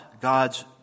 God's